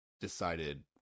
decided